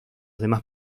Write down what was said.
demás